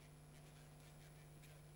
מייד לאחר מכן אנחנו נראה מי נרשם לדיון.